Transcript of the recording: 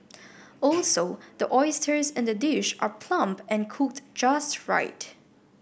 also the oysters in the dish are plump and cooked just right